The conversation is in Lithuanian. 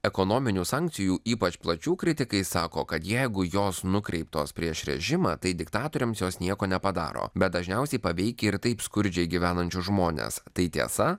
ekonominių sankcijų ypač plačių kritikai sako kad jeigu jos nukreiptos prieš režimą tai diktatoriams jos nieko nepadaro bet dažniausiai paveikia ir taip skurdžiai gyvenančius žmones tai tiesa